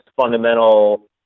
fundamental